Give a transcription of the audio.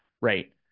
Right